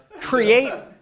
create